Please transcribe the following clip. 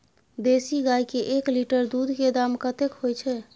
देसी गाय के एक लीटर दूध के दाम कतेक होय छै?